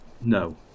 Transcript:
No